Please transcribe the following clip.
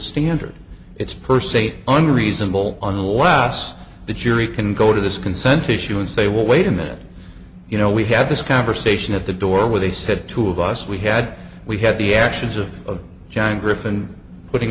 standard it's per se under reasonable unless the jury can go to this consent to she would say well wait a minute you know we had this conversation at the door with they said two of us we had we had the actions of john griffin putting